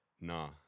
Nah